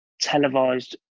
televised